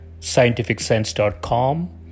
scientificsense.com